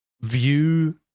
view